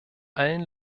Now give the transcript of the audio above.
allen